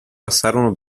passarono